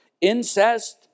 incest